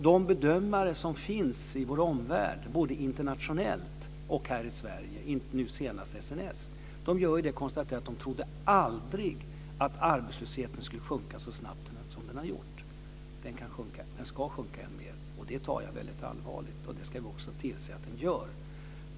De bedömare som finns i vår omvärld, både internationellt och här i Sverige, senast SNS, gör konstaterandet att de aldrig trodde att arbetslösheten skulle sjunka så snabbt som den har gjort. Den ska sjunka än mer. Det tar jag väldigt allvarligt. Det ska vi också se till att den gör.